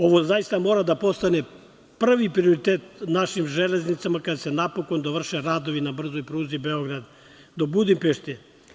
Ovo zaista mora da postane prvi prioritet našim železnicama, kada se napokon dovrše radovi na brzoj pruzi od Beograda do Budimpešte.